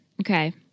Okay